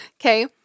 Okay